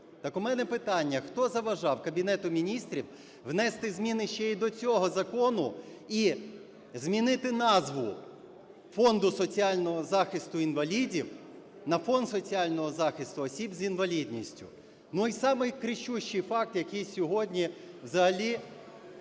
Так у мене питання: хто заважав Кабінету Міністрів внести зміни ще і до цього закону і змінити назву Фонду соціального захисту інвалідів на Фонд соціального захисту осіб з інвалідністю? Ну, і самий кричущий факт, який сьогодні взагалі,